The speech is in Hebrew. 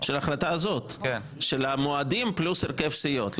של ההחלטה הזאת, של המועדים פלוס הרכב סיעות.